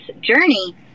journey